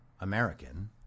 American